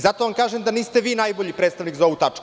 Zato vam kažem da niste vi najbolji predstavnik za ovu tačku.